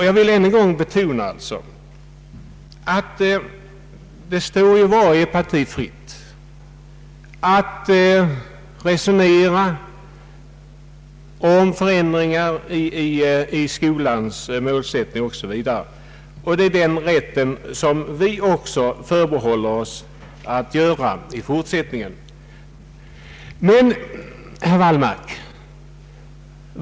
Jag vill än en gång betona att det står varje parti fritt att resonera om förändringar i skolans målsättning. Det är den rätten vi också förbehåller oss i fortsättningen.